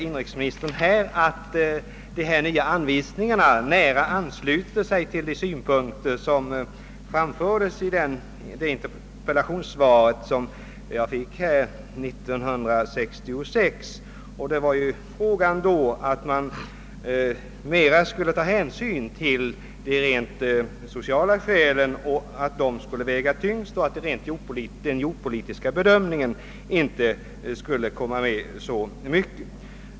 Inrikesministern sade att de nya anvisningarna nära ansluter sig till de synpunkter som framfördes i det interpellationssvar som jag fick 1966. Det var då fråga om att man skulle ta mera hänsyn till de rent sociala skälen, de skulle väga tyngst. Den jordpolitiska bedömningen skulle inte komma med i så stor utsträckning.